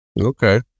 Okay